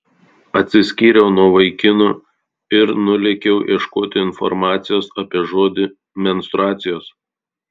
atsiskyriau nuo vaikinų ir nulėkiau ieškoti informacijos apie žodį menstruacijos